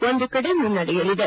ಒಂದು ಕಡೆ ಮುನ್ನಡೆಯಲ್ಲಿದೆ